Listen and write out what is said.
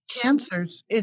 cancers